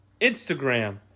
Instagram